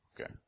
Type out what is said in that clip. Okay